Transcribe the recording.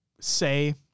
say